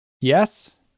yes